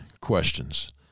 questions